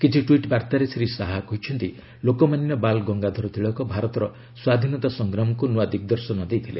କିଛି ଟ୍ପିଟ୍ ବାର୍ଭାରେ ଶ୍ରୀ ଶାହା କହିଛନ୍ତି ଲୋକମାନ୍ୟ ବାଲ୍ ଗଙ୍ଗାଧର ତିଳକ ଭାରତର ସ୍ୱାଧୀନତା ସଂଗ୍ରାମକୁ ନୂଆ ଦିଗ୍ଦର୍ଶନ ଦେଇଥିଲେ